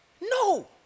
No